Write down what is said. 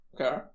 Okay